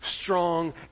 strong